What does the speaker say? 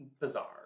bizarre